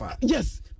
Yes